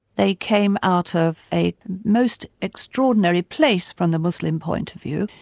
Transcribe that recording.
they came out of a most extraordinary place, from the muslim point of view.